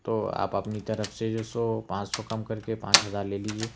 تو آپ اپنی طرف سے جو سو پانچ سو کم کر کے پانچ ہزار لے لیجیے